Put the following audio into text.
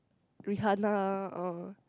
Rihanna or